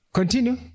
Continue